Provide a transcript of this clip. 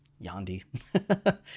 Yandi